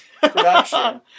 production